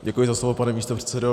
Děkuji za slovo, pane místopředsedo.